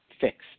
fixed